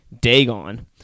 Dagon